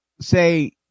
say